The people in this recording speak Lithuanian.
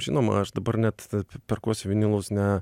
žinoma aš dabar net perkuosi vinilus ne